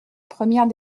première